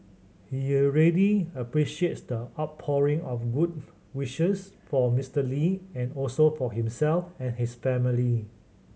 he really appreciates the outpouring of good wishes for Mister Lee and also for himself and his family